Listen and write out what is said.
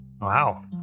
Wow